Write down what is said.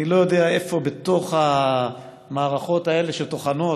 אני לא יודע איפה בתוך המערכות האלה שטוחנות,